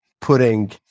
putting